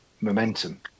momentum